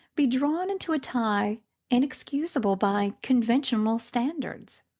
be drawn into a tie inexcusable by conventional standards.